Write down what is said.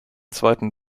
zweiten